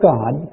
God